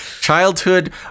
childhood